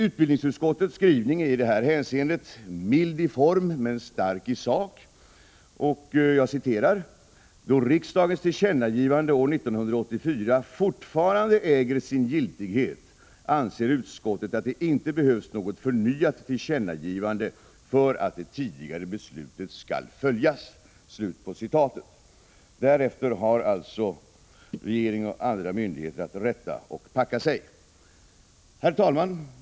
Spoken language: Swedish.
Utbildningsutskottets skrivning i det här hänseendet — mild i form men stark i sak — lyder: ”Då riksdagens tillkännagivande år 1984 fortfarande äger sin giltighet anser utskottet att det inte behövs något förnyat tillkännagivande för att det tidigare beslutet skall följas ———.” Därefter har alltså regeringen och andra myndigheter att rätta och packa sig. Herr talman!